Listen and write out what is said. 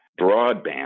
broadband